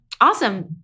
awesome